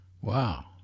wow